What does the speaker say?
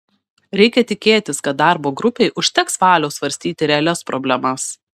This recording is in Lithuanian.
reikia tikėtis kad darbo grupei užteks valios svarstyti realias problemas